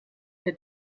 der